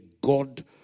God